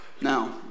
Now